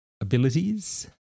abilities